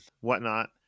whatnot